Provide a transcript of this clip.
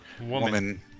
woman